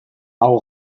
hau